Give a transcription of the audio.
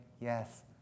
yes